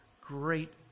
great